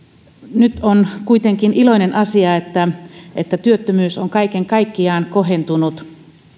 on kuitenkin iloinen asia että että työttömyys on nyt kaiken kaikkiaan kohentunut